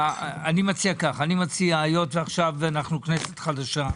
היות ועכשיו אנחנו כנסת חדשה,